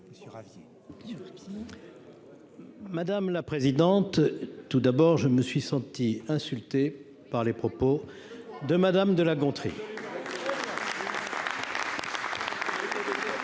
Madame la présidente, tout d'abord, je me suis senti insulté par les propos de Madame de La Gontrie. Je n'y reviens